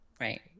Right